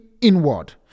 inward